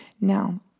Now